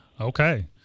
Okay